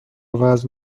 وزن